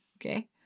Okay